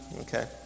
Okay